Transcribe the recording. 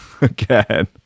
again